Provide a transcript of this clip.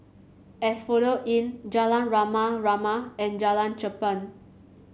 Asphodel Inn Jalan Rama Rama and Jalan Cherpen